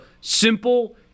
simple